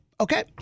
Okay